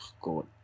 God